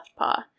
Leftpaw